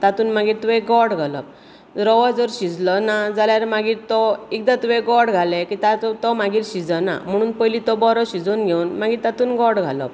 तातूंत मागीर तुवें गोड घालप रवो जर शिजलो ना जाल्यार मागीर तो एकदां तुवें गोड घालें काय मागीर तातूंत तो मागीर शिजना म्हणुन पयली तो शिजोवन घेवन मागीर तातूंत गोड घालप